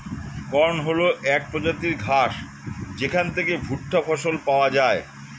corn হল এক প্রজাতির ঘাস যেখান থেকে ভুট্টা ফসল পাওয়া যায়